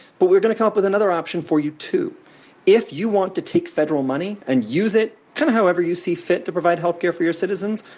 but we're going to come up with another option for you, too if you want to take federal money and use it kind of however you see fit to provide health care for your citizens,